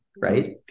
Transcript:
right